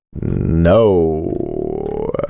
No